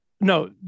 No